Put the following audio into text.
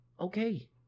Okay